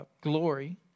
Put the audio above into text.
glory